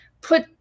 put